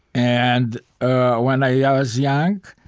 and ah when i was young,